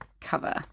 cover